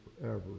forever